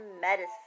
medicine